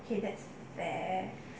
okay that's fair